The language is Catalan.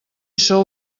sou